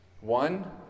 One